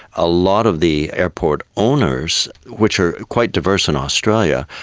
a lot of the airport owners, which are quite diverse in australia,